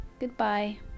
goodbye